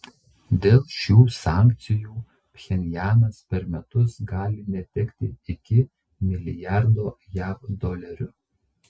dėl šių sankcijų pchenjanas per metus gali netekti iki milijardo jav dolerių